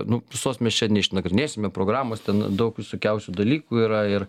nu visos mes čia neišnagrinėsime programos ten daug visokiausių dalykų yra ir